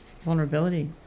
vulnerability